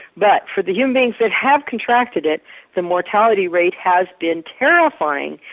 but for the human beings that have contracted it the mortality rate has been terrifying.